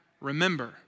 remember